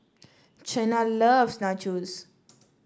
Chyna loves Nachos